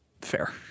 fair